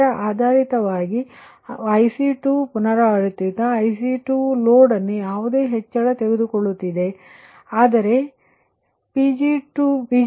ಆದ್ದರಿಂದ ಇದು ಆಧಾರಿತವಾಗಿದೆ ಇದು IC2 ಪುನರಾವರ್ತಿತ IC2 ಲೋಡ್ ಅನ್ನು ಯಾವುದೇ ಹೆಚ್ಚಳವನ್ನು ತೆಗೆದುಕೊಳ್ಳುತ್ತಿದೆ ಆದರೆ Pg1 46